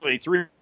three